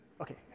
Okay